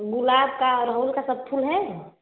गुलाब का गुड़हल का सब फूल है